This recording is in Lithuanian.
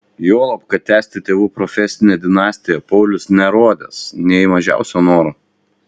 juolab kad tęsti tėvų profesinę dinastiją paulius nerodęs nė mažiausio noro